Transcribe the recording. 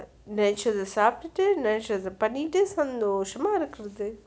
நெனச்சத சாப்ட்டுடு நெனச்சத பண்ணிட்டு சந்தோஷமா இருக்குறது:nenachatha sapthutu nenachtha pannithu santhoshama irukarathu